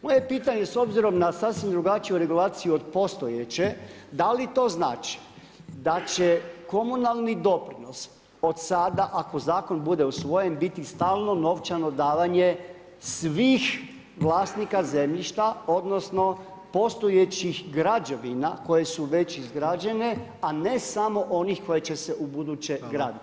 Moje pitanje s obzirom na sasvim drugačiju regulaciju od postojeće, da li to znači da će komunalni doprinos od sada ako zakon bude usvojen biti stalno novčano davanje svih vlasnika zemljišta odnosno postojećih građevina koje su veće izgrađene a ne samo onih koji će se ubuduće graditi?